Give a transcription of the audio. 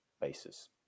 basis